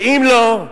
ואם לא,